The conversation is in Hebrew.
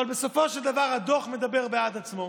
אבל בסופו של דבר הדוח מדבר בעד עצמו.